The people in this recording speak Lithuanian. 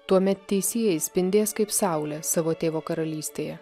tuomet teisieji spindės kaip saulė savo tėvo karalystėje